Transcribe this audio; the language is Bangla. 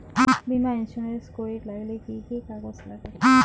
বীমা ইন্সুরেন্স করির গেইলে কি কি কাগজ নাগে?